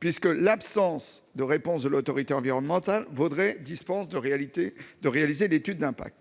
puisque l'absence de réponse de l'autorité environnementale vaudrait dispense de réaliser l'étude d'impact.